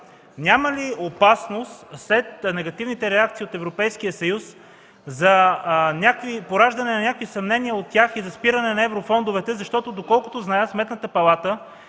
няма ли опасност след негативните реакции от Европейския съюз за пораждане на някакви съмнения у тях и за спиране на еврофондовете? Защото доколкото зная, Сметната палата